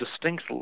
distinct